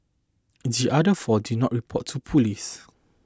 the other four did not report to police